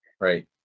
Right